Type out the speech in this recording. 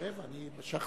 ישראל יש,